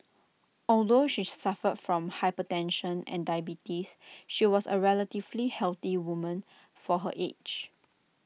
although she suffered from hypertension and diabetes she was A relatively healthy woman for her age